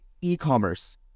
e-commerce